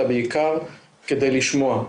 אלא בעיקר כדי לשמוע.